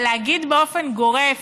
אבל להגיד באופן גורף: